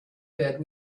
bed